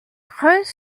très